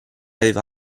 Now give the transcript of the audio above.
aveva